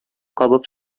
кабып